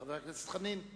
חבר הכנסת חנין,